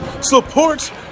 support